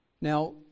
Now